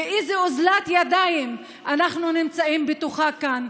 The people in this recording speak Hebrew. ובאיזו אוזלת יד אנחנו נמצאים כאן.